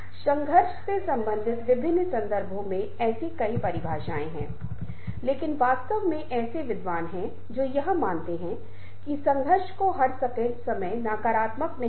हमने अस्पष्टता की अवधारणा को देखा विभिन्न प्रकार की व्याख्याओं की संभावनाओं को देखा एक ही चीज को विभिन्न तरीकों से कैसे समझा जा सकता है